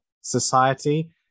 society